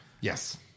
Yes